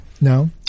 No